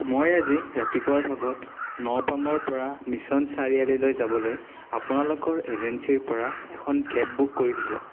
মই আজি ৰাতিপুৱাৰ ভাগত নপামৰ পৰা মিছন চাৰিআলিলৈ যাবলৈ আপোনালোকৰ এজেঞ্চীৰ পৰা এখন কেব বুক কৰিছিলোঁ